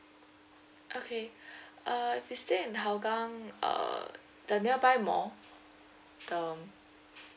okay uh if you stay in hougang uh the nearby mall the